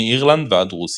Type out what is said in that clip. מאירלנד ועד רוסיה.